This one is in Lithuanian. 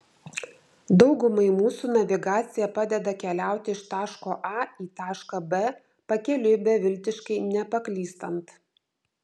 daugumai mūsų navigacija padeda keliauti iš taško a į tašką b pakeliui beviltiškai nepaklystant